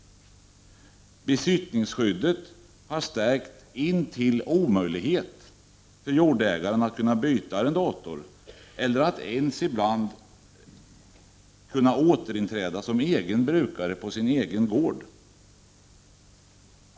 Besittningsskyddet har stärkts intill omöjlighet för jordägaren att byta arrendator eller att ens ibland återinträda som brukare på sin egen gård.